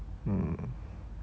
mm